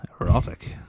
erotic